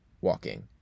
walking